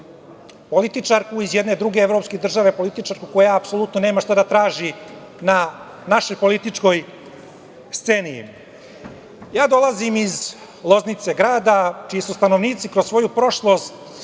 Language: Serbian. političarku iz jedne druge evropske države, političarku koja apsolutno nema šta da traži na našoj političkoj sceni. Dolazim iz Loznice, grada čiji su stanovnici kroz svoju prošlost